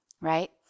Right